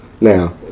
now